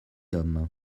homme